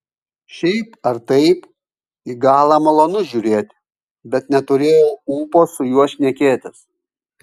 šiaip ar taip į galą malonu žiūrėti bet neturėjau ūpo su juo šnekėtis